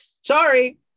Sorry